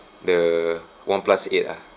the oneplus eight ah